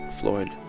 Floyd